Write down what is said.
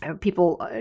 people